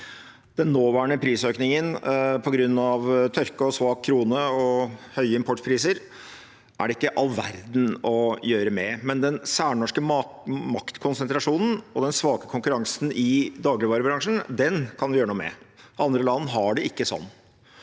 Den nåværende prisøkningen på grunn av tørke, svak krone og høye importpriser er det ikke all verden å gjøre med, men den særnorske maktkonsentrasjonen og den svake konkurransen i dagligvarebransjen kan vi gjøre noe med. Andre land har det ikke sånn.